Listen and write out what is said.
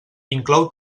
inclou